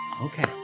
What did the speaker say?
okay